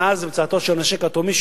מאז המצאתו של הנשק האטומי,